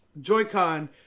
Joy-Con